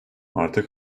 artık